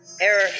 error